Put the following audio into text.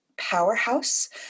powerhouse